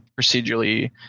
procedurally